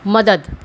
મદદ